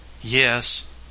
yes